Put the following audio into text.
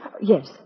Yes